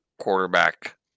quarterback